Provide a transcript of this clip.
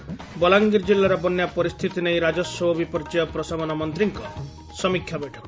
ବଲାଙ୍ଗିର ଜିଲ୍ଲାର ବନ୍ୟା ପରିସ୍ଥିତି ନେଇ ରାଜସ୍ୱ ଓ ବିପର୍ଯ୍ୟୟ ପ୍ରଶମନ ମନ୍ତ୍ରୀଙ୍କ ସମୀକ୍ଷା ବୈଠକ